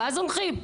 ואז הולכים.